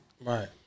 Right